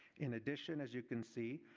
in addition, as you can see,